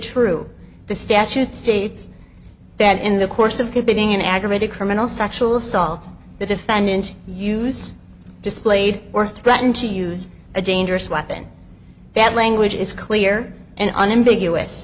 true the statute states that in the course of convicting an aggravated criminal sexual assault the defendant use displayed or threaten to use a dangerous weapon that language is clear and unambiguous